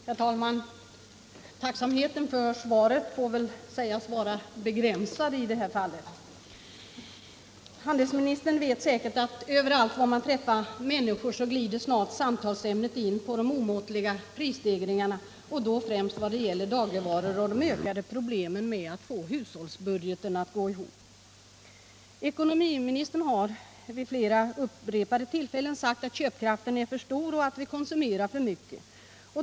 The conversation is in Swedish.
Herr talman! Tacksamheten för svaret får väl sägas vara begränsad i det här fallet. Handelsministern vet säkert att överallt där man träffar människor glider snart samtalet in på de omåttliga prisstegringarna främst vad gäller dagligvaror och de ökade problemen med att få hushållsbudgeten att gå ihop. Ekonomiministern har vid upprepade tillfällen sagt att köpkraften är för stor och att vi konsumerar för mycket.